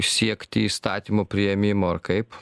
siekti įstatymo priėmimo ar kaip